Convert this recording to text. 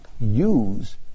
use